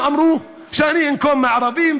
וליהודי גם אמרו להגיד: אני אנקום בערבים,